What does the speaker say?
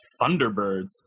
Thunderbirds